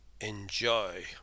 enjoy